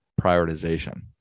prioritization